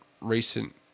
recent